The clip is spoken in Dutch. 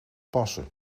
passen